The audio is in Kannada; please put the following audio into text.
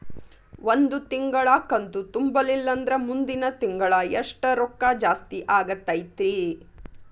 ಒಂದು ತಿಂಗಳಾ ಕಂತು ತುಂಬಲಿಲ್ಲಂದ್ರ ಮುಂದಿನ ತಿಂಗಳಾ ಎಷ್ಟ ರೊಕ್ಕ ಜಾಸ್ತಿ ಆಗತೈತ್ರಿ?